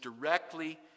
directly